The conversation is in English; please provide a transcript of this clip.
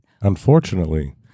Unfortunately